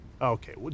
Okay